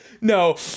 No